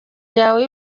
yawe